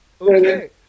Okay